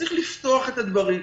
צריך לפתוח את הדברים,